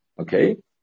Okay